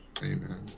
Amen